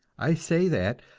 i say that,